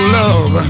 love